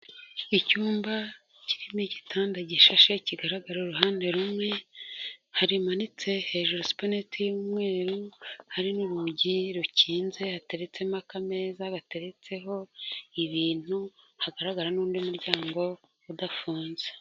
Icyumba kirimo igitanda gishashe kigaragara uruhande rumwe, harimanitse hejuru ya supaneti y'umweru hari n'urugi rukinze hateretsemo akameza gateretseho ibintu hagaragara n'undi muryango udafunze.